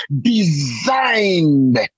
designed